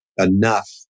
enough